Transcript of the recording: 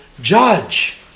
judge